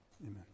Amen